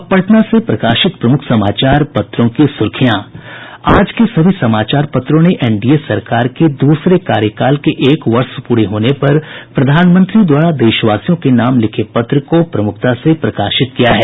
अब पटना से प्रकाशित प्रमुख समाचार पत्रों की सुर्खियां आज के सभी समाचार पत्रों ने एनडीए सरकार के दूसरे कार्यकाल के एक वर्ष प्ररे होने पर प्रधानमंत्री द्वारा देशवासियों के नाम लिखे पत्र को प्रमुखता से प्रकाशित किया है